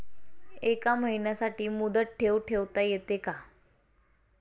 एका महिन्यासाठी मुदत ठेव ठेवता येते का?